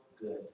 good